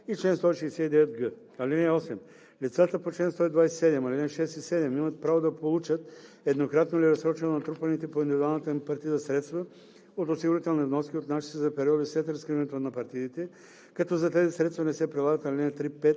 и чл. 169 г. (8) Лицата по чл. 127, ал. 6 и 7 имат право да получат еднократно или разсрочено натрупаните по индивидуалната им партида средства от осигурителни вноски, отнасящи се за периоди след разкриването на партидите, като за тези средства не се прилагат ал. 3,